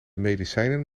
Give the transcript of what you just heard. medicijnen